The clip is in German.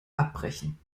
abbrechen